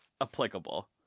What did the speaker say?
applicable